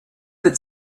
that